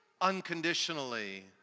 unconditionally